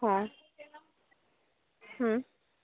হ্যাঁ হুম